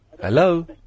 Hello